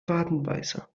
wadenbeißer